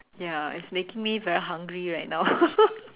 ya it's making me very hungry right now